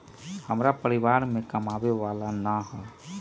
हमरा परिवार में कमाने वाला ना है?